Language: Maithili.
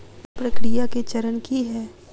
ऋण प्रक्रिया केँ चरण की है?